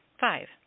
five